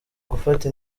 gufata